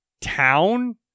town